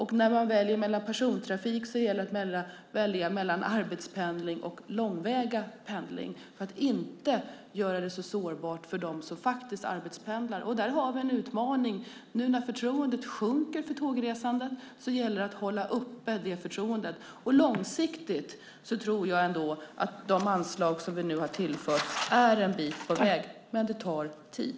I fråga om persontrafiken gäller det att välja mellan arbetspendling och långväga pendling för att det inte ska bli så sårbart för dem som arbetspendlar. Där har vi en utmaning nu när förtroendet för tågresandet sjunker. Det gäller att hålla det förtroendet uppe. Och långsiktigt tror jag ändå att de anslag som vi nu har tillfört är en bit på vägen, men det tar tid.